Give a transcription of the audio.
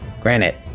granite